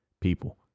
people